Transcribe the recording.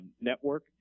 network